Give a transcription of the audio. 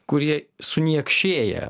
kurie suniekšėję